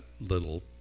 little